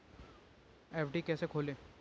FD कैसे खोलें?